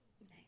Nice